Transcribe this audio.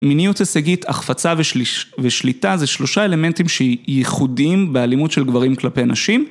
מיניות הישגית, החפצה ושליטה זה שלושה אלמנטים שייחודיים באלימות של גברים כלפי נשים.